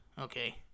okay